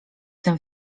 tym